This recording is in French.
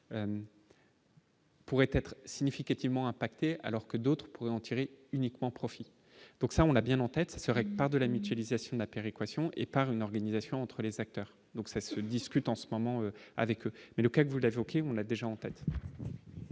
Pourrait être significativement impacter alors que d'autres en tirer uniquement profit donc ça, on a bien en tête, ça serait par de la mutualisation ma péréquation et par une organisation entre les acteurs, donc ça se discute en ce moment avec le mais lequel vous l'âge auquel on a déjà en tête.